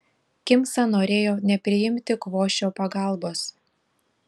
kimsa norėjo nepriimti kvošio pagalbos